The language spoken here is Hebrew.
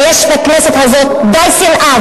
ויש בכנסת הזאת די שנאה,